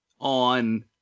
on